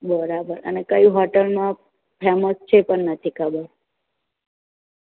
બરાબર અને કઈ હોટલનો ફેમસ છે એ પણ નથી ખબર